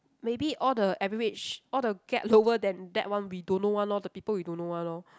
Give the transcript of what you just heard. maybe all the average all the get lower than that one we don't know one lor the people we don't know one lor